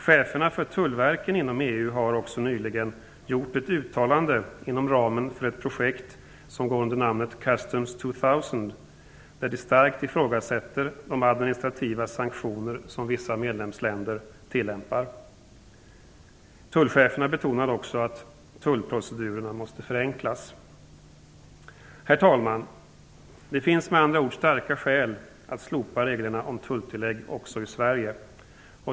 Cheferna för tullverken inom EU har nyligen gjort ett uttalande inom ramen för det projekt som går under namnet Customs 2000, där de starkt ifrågasätter de administrativa sanktioner som vissa medlemsländer tillämpar. De betonar också att tullprocedurerna måste förenklas. Herr talman! Det finns med andra ord starka skäl att slopa reglerna om tulltillägg också i Sverige.